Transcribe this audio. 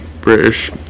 British